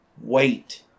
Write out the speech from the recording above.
Wait